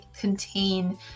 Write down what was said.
contain